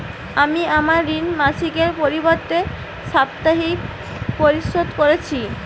আমি আমার ঋণ মাসিকের পরিবর্তে সাপ্তাহিক পরিশোধ করছি